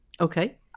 Okay